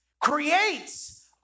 creates